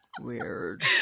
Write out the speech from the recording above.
Weird